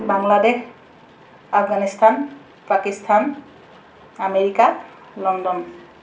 Bangladesh Afghanistan Pakistan America London